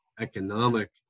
economic